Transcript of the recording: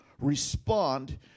respond